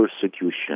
persecution